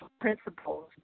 principles